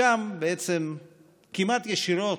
משם בעצם כמעט ישירות,